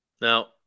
Now